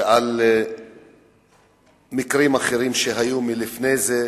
ועל מקרים אחרים שהיו לפני זה,